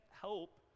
help